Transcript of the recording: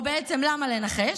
או בעצם למה לנחש?